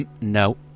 No